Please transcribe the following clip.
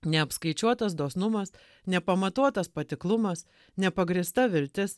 neapskaičiuotas dosnumas nepamatuotas patiklumas nepagrįsta viltis